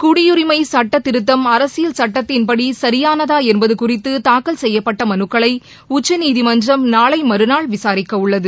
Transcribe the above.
குடியுரிமை சட்டத்திருத்தம் அரசியல் சட்டத்தின்படி சரியாளதா என்பது குறித்து தாக்கல் செய்யப்பட்ட மனுக்களை உச்சநீதிமன்றம் நாளை மறுநாள் விசாரிக்கவுள்ளது